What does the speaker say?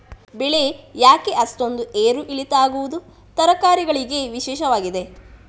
ಬೆಳೆ ಯಾಕೆ ಅಷ್ಟೊಂದು ಏರು ಇಳಿತ ಆಗುವುದು, ತರಕಾರಿ ಗಳಿಗೆ ವಿಶೇಷವಾಗಿ?